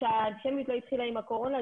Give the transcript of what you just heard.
שהאנטישמיות לא התחילה עם הקורונה.